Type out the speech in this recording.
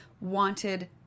wanted